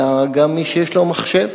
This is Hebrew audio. אלא גם מי שיש לו מחשב,